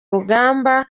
rugamba